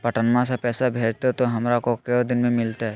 पटनमा से पैसबा भेजते तो हमारा को दिन मे मिलते?